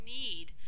need